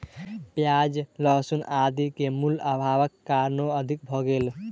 प्याज लहसुन इत्यादि के मूल्य, अभावक कारणेँ अधिक भ गेल